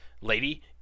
lady